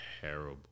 terrible